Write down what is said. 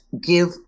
give